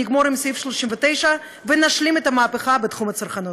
נגמור עם סעיף 39 ונשלים את המהפכה בתחום הצרכנות.